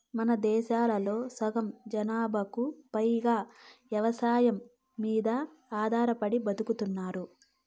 మనదేశంలో సగం జనాభాకు పైగా వ్యవసాయం మీద ఆధారపడి బతుకుతున్నారు